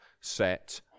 set